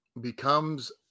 becomes